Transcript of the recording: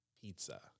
pizza